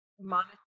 monitor